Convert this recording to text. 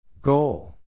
Goal